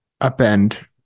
upend